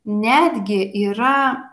netgi yra